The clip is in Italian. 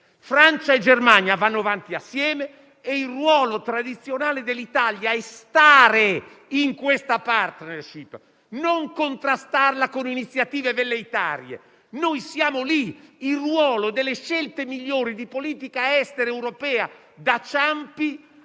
Francia e Germania vanno avanti assieme e il ruolo tradizionale dell'Italia è stare in questa *partnership*, non contrastarla con iniziative velleitarie. Noi siamo lì; il ruolo delle scelte migliori di politica estera europea, da Ciampi